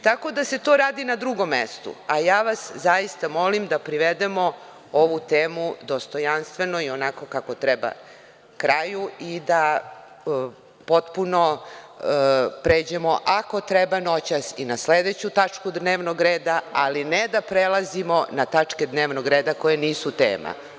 Tako da se to radi na drugom mestu, a ja vas zaista molim da privedemo ovu temu dostojanstveno i onako kako treba kraju i da potpuno pređemo ako treba noćas i na sledeću tačku dnevnog reda, ali ne da prelazimo na tačke dnevnog reda koje nisu tema.